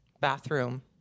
bathroom